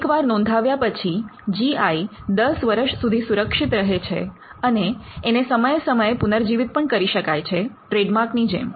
એક વાર નોંધાવ્યા પછી જી આઈ દસ વર્ષ સુધી સુરક્ષિત રહે છે અને એને સમય સમયે પુનર્જીવિત પણ કરી શકાય છે ટ્રેડમાર્ક ની જેમ